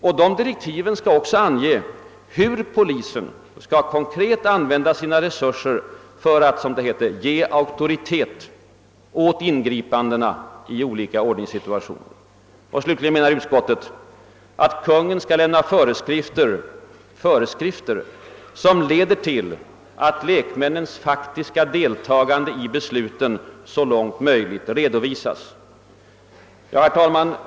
Och de direktiven skall också ange, hur polisen konkret skall använda sina resurser för att »ge auktoritet åt ingripanden i framför allt ordningssituationer». Slutligen menar utskottet att Kungl. Maj:t skall »lämna föreskrifter som leder till att lekmännens faktiska deltagande i besluten så långt som möjligt redovisas».